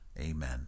Amen